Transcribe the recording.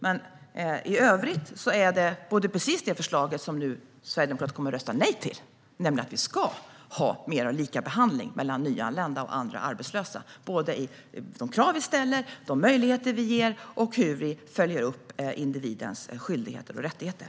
Det förslag som Sverigedemokraterna nu kommer att rösta nej till innebär att vi ska ha mer av likabehandling mellan nyanlända och andra arbetslösa vad gäller de krav vi ställer, de möjligheter vi ger och vår uppföljning av individens skyldigheter och rättigheter.